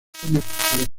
cinematografía